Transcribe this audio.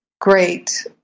great